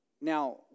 Now